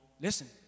Listen